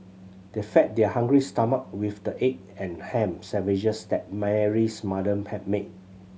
they fed their hungry stomach with the egg and ham sandwiches that Mary's mother had made